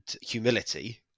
humility